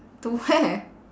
to where